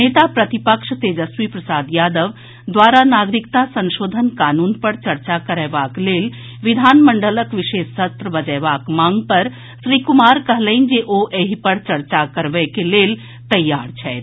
नेता प्रतिपक्ष तेजस्वी प्रसाद यादव द्वारा नागरिकता संशोधन कानून पर चर्चा करयबाक लेल विधानमंडलक विशेष सत्र बजयबाक मांग पर श्री कुमार कहलनि जे ओ एहि पर चर्चा करबए के लेल तैयार छथि